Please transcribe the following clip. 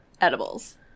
edibles